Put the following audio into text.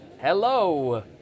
Hello